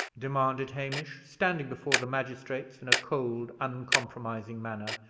demanded hamish, standing before the magistrates in a cold, uncompromising manner,